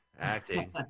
acting